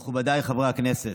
מכובדיי חבריי הכנסת,